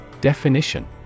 Definition